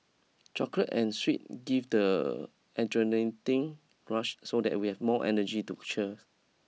chocolate and sweet give the rush so that we have more energy to cheer